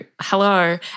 hello